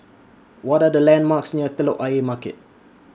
What Are The landmarks near Telok Ayer Market